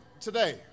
today